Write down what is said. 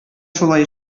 шулай